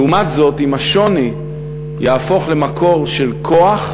לעומת זאת, אם השוני יהפוך למקור של כוח,